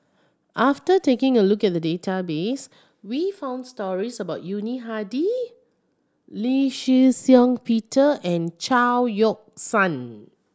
after taking a look at the database we found stories about Yuni Hadi Lee Shih Shiong Peter and Chao Yoke San